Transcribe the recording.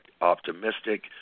optimistic